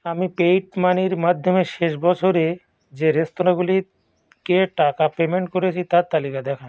আমি পেইপমানির মাধ্যমে শেষ বছরে যে রেস্তোরাঁগুলিকে টাকা পেমেন্ট করেছি তার তালিকা দেখান